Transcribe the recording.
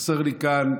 חסר לי כאן